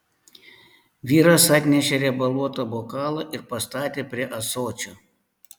vyras atnešė riebaluotą bokalą ir pastatė prie ąsočio